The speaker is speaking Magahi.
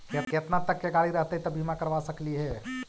केतना तक के गाड़ी रहतै त बिमा करबा सकली हे?